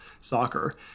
soccer